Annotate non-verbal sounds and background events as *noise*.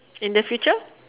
*noise* in the future